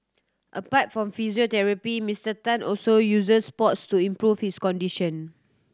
apart from physiotherapy Misterr Tan also uses sports to improve his condition